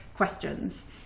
Questions